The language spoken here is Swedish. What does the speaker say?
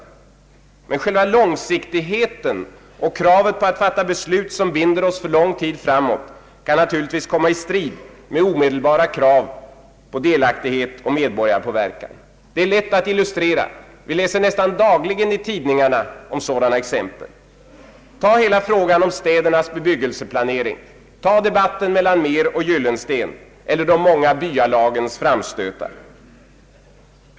Men själva långsiktigheten och kravet på att fatta beslut som binder oss för lång tid framåt kan naturligtvis komma i strid med omedelbara krav på delaktighet och medborgarpåverkan. Det är lätt att illustrera. Vi läser nästan dagligen i tidningarna om sådana exempel. Tag frågan om städernas bebyggelseplanering, tag debatten mellan Mehr och Gyllensten eller de många byalagens framstötar.